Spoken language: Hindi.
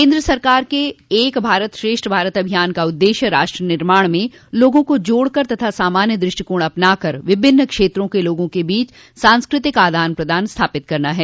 केन्द्र सरकार के एक भारत श्रेष्ठ भारत अभियान का उद्देश्य राष्ट्र निर्माण में लोगों को जोड़कर तथा सामान्य दृष्टिकोण अपनाकर विभिन्न क्षेत्रों के लोगा के बीच सांस्कृतिक आदान प्रदान स्थापित करना है